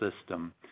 system